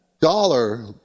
dollar